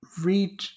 read